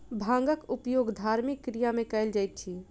भांगक उपयोग धार्मिक क्रिया में कयल जाइत अछि